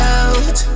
out